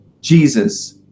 Jesus